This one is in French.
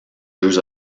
jeux